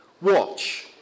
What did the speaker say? watch